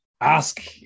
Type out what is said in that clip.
ask